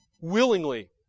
willingly